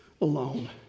alone